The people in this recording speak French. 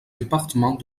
départements